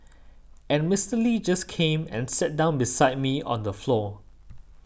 and Mister Lee just came and sat down beside me on the floor